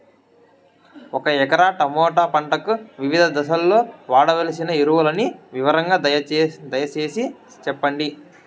ఒక acre tomato పంటకు వివిధ దశల్లో వాడవలసిన ఎరువులని వివరంగా దయ సేసి చెప్పండి?